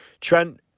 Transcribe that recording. Trent